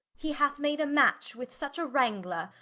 he hath made a match with such a wrangler,